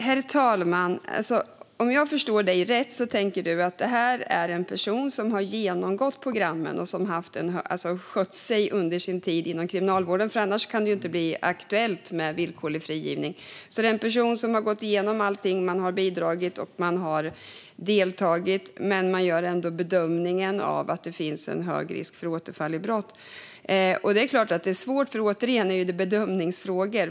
Herr talman! Om jag förstår dig rätt, Adam Marttinen, tänker du att detta är en person som har genomgått programmen och som har skött sig under sin tid inom kriminalvården - annars kan det ju inte bli aktuellt med villkorlig frigivning. Det är alltså en person som har gått igenom allting och som har bidragit och deltagit, men man gör ändå bedömningen att det finns en hög risk för återfall i brott. Det är klart att det är svårt, för detta är, återigen, bedömningsfrågor.